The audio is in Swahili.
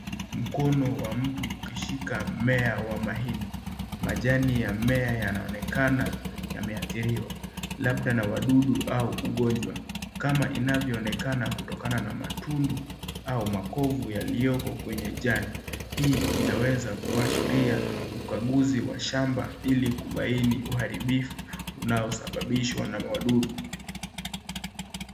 Mkono wa mtu ukishika mmea wa mahindi. majani ya mmea yanaonekana yameadhiriwa labda na wadudu au ugonjwa; kama inavyoonekana kutokana na matundu au makovu yaliyoko kwenye jani. Hii inaweza kuashiria ukaguzi wa shamba ili kubaini uharibifu unaosababishwa na wadudu.